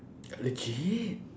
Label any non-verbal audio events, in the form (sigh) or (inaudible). (breath) legit